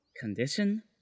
condition